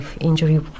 injury